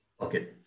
Okay